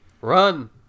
Run